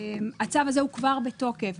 הצו הזה הוא כבר בתוקף.